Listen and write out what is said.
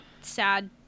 sad